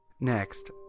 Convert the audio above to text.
Next